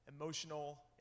emotional